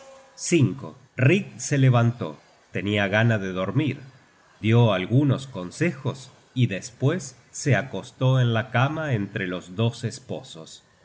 cocida rig se levantó tenia gana de dormir dió algunos consejos y despues se acostó en la cama entre los dos esposos